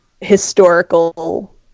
historical